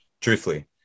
truthfully